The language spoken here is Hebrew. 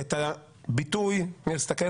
את הביטוי ניר, תסתכל